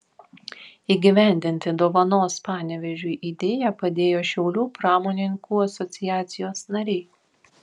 įgyvendinti dovanos panevėžiui idėją padėjo šiaulių pramonininkų asociacijos nariai